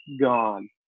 gone